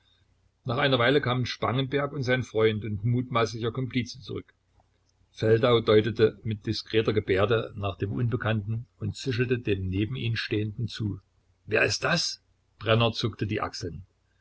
nach einer weile kamen spangenberg und sein freund und mutmaßlicher komplice zurück feldau deutete mit diskreter gebärde nach dem unbekannten und zischelte dem neben ihm stehenden zu wer ist das brenner zuckte die achseln